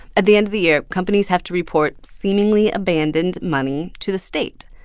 at the end of the year, companies have to report seemingly abandoned money to the state.